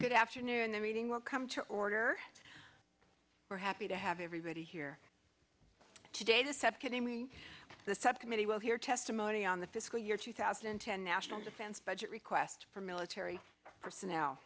good afternoon the meeting will come to order we're happy to have everybody here today the said kiddingly the subcommittee will hear testimony on the fiscal year two thousand and ten national defense budget request for military personnel